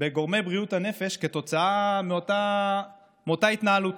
בגורמי בריאות הנפש כתוצאה מאותה התנהלות.